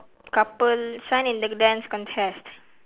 couple shine in the dance contest